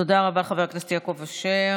תודה רבה, חבר הכנסת יעקב אשר.